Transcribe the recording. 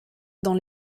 dans